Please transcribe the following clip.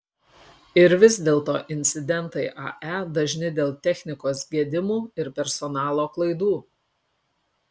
ir vis dėlto incidentai ae dažni dėl technikos gedimų ir personalo klaidų